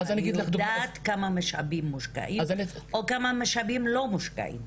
אני יודעת כמה משאבים מושקעים או כמה משאבים לא מושקעים.